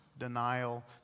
denial